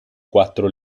quattro